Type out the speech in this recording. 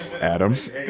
adams